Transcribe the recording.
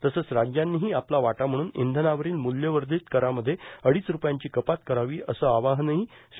तसंच राज्यांनीही आपला वाटा म्हणून इंधनावरील मूल्यवर्धित करामध्ये अडीच रुपयांची कपात करावी असं आवाहनही श्री